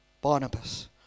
Barnabas